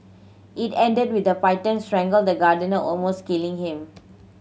it ended with the python strangling the gardener almost killing him